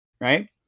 right